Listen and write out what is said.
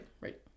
Right